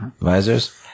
visors